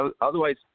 Otherwise